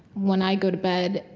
when i go to bed,